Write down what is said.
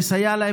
לסייע להם